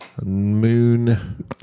moon